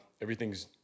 Everything's